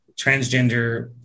transgender